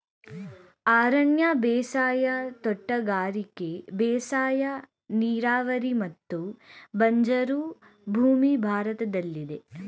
ಅರಣ್ಯ ಬೇಸಾಯ, ತೋಟಗಾರಿಕೆ ಬೇಸಾಯ, ನೀರಾವರಿ ಮತ್ತು ಬಂಜರು ಭೂಮಿ ಭಾರತದಲ್ಲಿದೆ